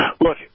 look